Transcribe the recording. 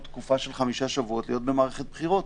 תקופה של חמישה שבועות להיות במערכת בחירות